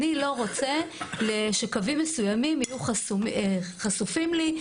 אני לא רוצה שקווים מסוימים יהיו חשופים לי,